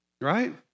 Right